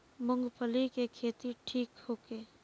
मूँगफली के खेती ठीक होखे?